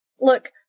Look